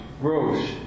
gross